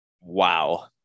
Wow